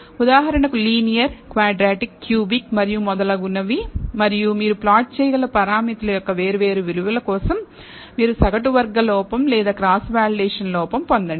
ఉదాహరణకు linear quadratic cubic మరియు మొదలగునవి మరియు మీరు ప్లాట్ చేయగల పారామితుల యొక్క వేర్వేరు విలువల కోసం మీరు సగటు వర్గ లోపం లేదా క్రాస్ వాలిడేషన్ లోపం పొందండి